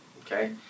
Okay